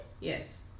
Yes